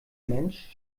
mensch